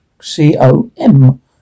C-O-M